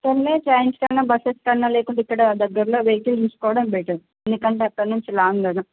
కొన్ని ట్రైన్స్ కన్నా బస్సెస్ కన్నా లేకుంటే ఇక్కడ దగ్గరలో వెహికల్ ఉంచుకోవడం బెటర్ ఎందుకంటే అక్కడి నుండి లాంగ్ కదా